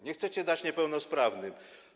Nie chcecie dać niepełnosprawnym.